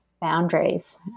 boundaries